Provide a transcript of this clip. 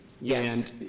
Yes